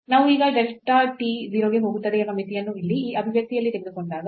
ನಾವು ಈಗ delta t 0 ಗೆ ಹೋಗುತ್ತದೆ ಎಂಬ ಮಿತಿಯನ್ನು ಇಲ್ಲಿ ಈ ಅಭಿವ್ಯಕ್ತಿಯಲ್ಲಿ ತೆಗೆದುಕೊಂಡಾಗ